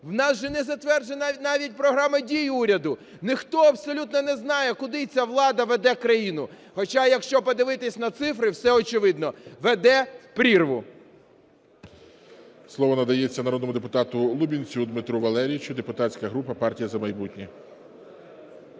У нас же не затверджена навіть Програма дій уряду. Ніхто абсолютно не знає, куди ця влада веде країну. Хоча, якщо подивитися на цифри, все очевидно: веде в прірву.